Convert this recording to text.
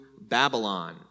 Babylon